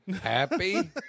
Happy